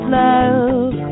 love